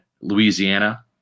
Louisiana